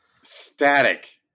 Static